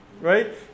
right